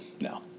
No